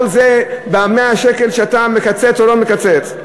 כל זה ב-100 שקל שאתה מקצץ או לא מקצץ.